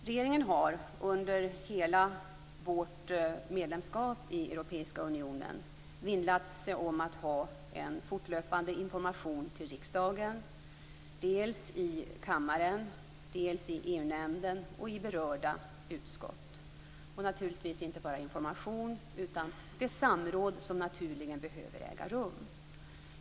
Regeringen har under hela vårt medlemskap i Europeiska unionen vinnlagt sig om att ha en fortlöpande information till riksdagen, dels i kammaren, dels i EU-nämnden och dels i berörda utskott, och naturligtvis inte bara information utan det samråd som naturligen behöver äga rum.